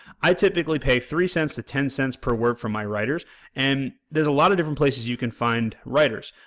i typically pay three cents to ten cents per word for my writers and there's a lot of different places you can find writers,